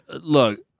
Look